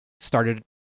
started